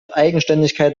eigenständigkeit